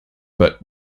but